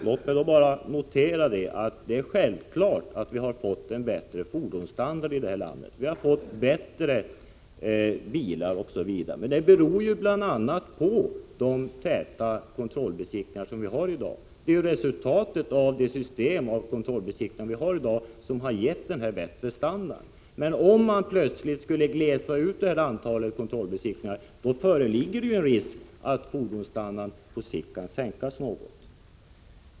Låt mig bara notera att det är självklart att vi har fått en bättre fordonsstandard i landet, bättre bilar osv. Detta beror naturligtvis bl.a. på de täta kontrollbesiktningar som görs för närvarande. Det är ju bl.a. det nuvarande systemet med kontrollbesiktningar som har lett till denna bättre fordonsstandard. Om man plötsligt skulle glesa ut antalet kontrollbesiktningar föreligger en risk för att fordonsstandarden på sikt kan komma att sänkas något.